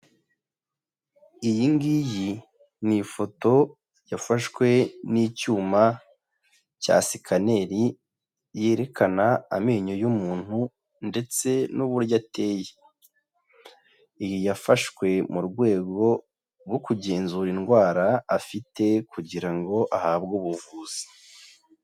Iyi ngiyi ni ifoto yafashwe n'icyuma cya sikaneri yerekana amenyo y'umuntu ndetse n'uburyo ateye, iyi yafashwe mu rwego rwo kugenzura indwara afite kugira ngo ahabwe ubuvuzi.